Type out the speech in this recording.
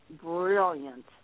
brilliant